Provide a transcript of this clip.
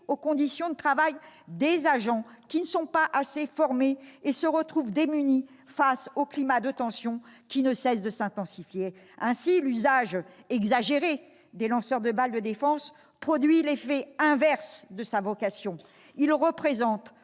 aux conditions de travail des agents, qui ne sont pas assez formés et se retrouvent démunis face à un climat de tension qui ne cesse de s'intensifier. Ainsi, l'usage exagéré des lanceurs de balles de défense produit l'effet inverse de sa vocation : il représente